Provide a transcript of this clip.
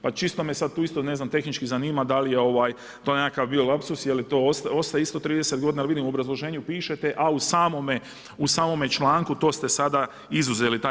Pa čisto me sad tu isto ne znam tehnički zanima, da li je to nekakav bio lapsus, je li to ostaje isto 30 g. jer vidim u obrazloženju pišete, a u samome članku, to ste sada izuzeli taj.